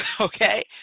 okay